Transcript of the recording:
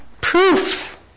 Proof